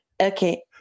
okay